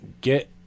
get